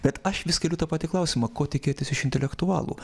bet aš vis keliu tą patį klausimą ko tikėtis iš intelektualų